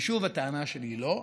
ושוב, הטענה שלי, לא.